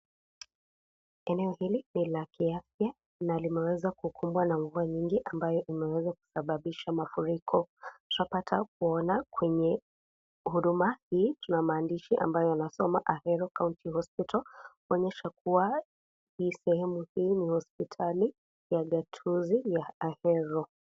Eneo hili ni la kiafya na limeweza kuukumbwa na mvua nyingi ambayo umeweza kusababisha mafuriko. Tunapata kuona kwenye huduma hii tuna maandishi ambayo yanasoma Ahero county hospital kuonyesha kuwa hii sehemu hii ni hospitali ya gatuzi ya Ahero.